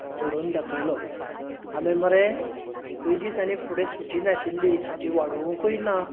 घडोवन दाखयलो आमी मरे एकय दीस आनी फुडें सुटी नाशिल्ली ती सुटी वाडोवंकय ना